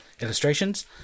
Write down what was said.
illustrations